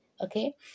okay